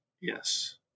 yes